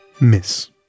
miss